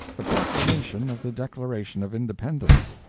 the proclamation of the declaration of independence,